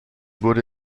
wurde